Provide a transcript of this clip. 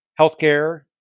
Healthcare